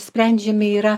sprendžiami yra